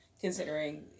considering